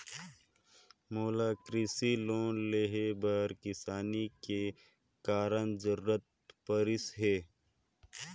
मोला कृसि लोन लेहे बर किसानी के कारण जरूरत परिस हे